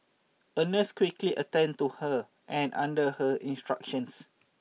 a nurse quickly attended to her and under her instructions